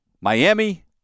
Miami